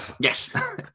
Yes